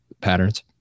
patterns